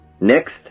Next